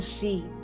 see